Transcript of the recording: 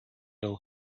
will